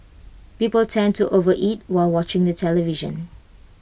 people tend to overeat while watching the television